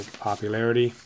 popularity